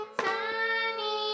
sunny